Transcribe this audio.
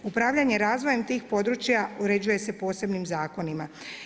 Upravljanja razvoja tih područja, uređuju se posebnim zakonima.